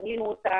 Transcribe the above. בנינו אותה,